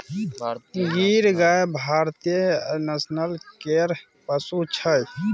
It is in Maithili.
गीर गाय भारतीय नस्ल केर पशु छै